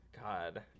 God